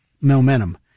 momentum